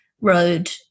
road